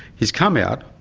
he's come out,